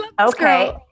okay